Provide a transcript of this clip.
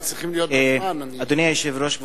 אדוני היושב-ראש,